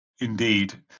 Indeed